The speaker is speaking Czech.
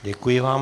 Děkuji vám.